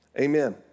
Amen